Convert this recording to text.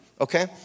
okay